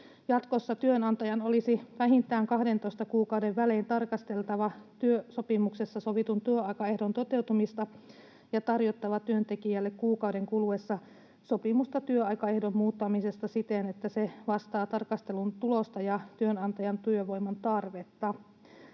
Jatkossa työnantajan olisi vähintään 12 kuukauden välein tarkasteltava työsopimuksessa sovitun työaikaehdon toteutumista ja tarjottava työntekijälle kuukauden kuluessa sopimusta työaikaehdon muuttamisesta siten, että se vastaa tarkastelun tulosta ja työnantajan työvoiman tarvetta.